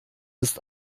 ist